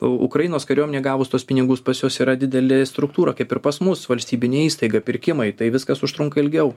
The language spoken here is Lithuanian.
ukrainos kariuomenė gavus tuos pinigus pas juos yra didelė struktūra kaip ir pas mus valstybinė įstaiga pirkimai tai viskas užtrunka ilgiau